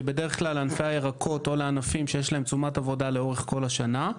שבדרך כלל ענפי הירקות או לענפים שיש להם תשומת עבודה לאורך כל השנה,